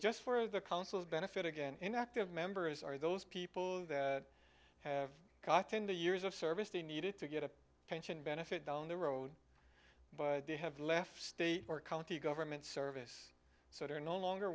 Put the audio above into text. just for the council's benefit again in active members are those people have gotten the years of service to be needed to get a pension benefit down the road but they have left state or county government service so they are no longer